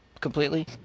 completely